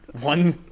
one